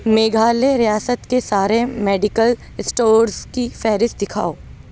میگھالیہ ریاست کے سارے میڈیکل اسٹورز کی فہرست دکھاؤ